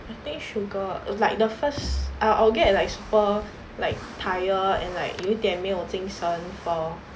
I think sugar like the first I'll get like super like tired and like 有一点没有精神 for